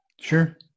Sure